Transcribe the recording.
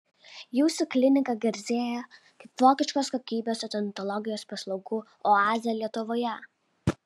jūsų klinika garsėja kaip vokiškos kokybės odontologijos paslaugų oazė lietuvoje